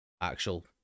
actual